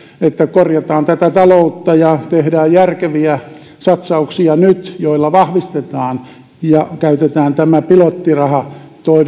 että korjataan tätä taloutta ja tehdään järkeviä satsauksia nyt joilla vahvistetaan ja käytetään tämä pilottiraha